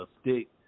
stick